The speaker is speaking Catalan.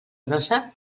grossa